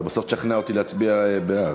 אתה בסוף תשכנע אותי להצביע בעד.